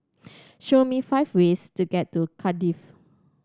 show me five ways to get to Cardiff